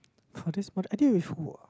oh that's one I did with who ah